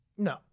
No